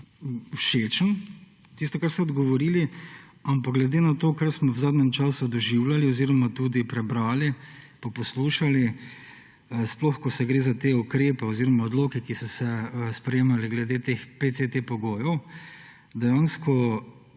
všečen, tisto ,kar ste odgovorili. Ampak glede na to, kar smo v zadnjem času doživljali oziroma tudi prebrali pa poslušali, sploh ko gre za te ukrepe oziroma odloke, ki so se sprejemali glede teh PCT pogojev, dejansko